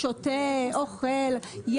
שותה, אוכל.